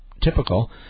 typical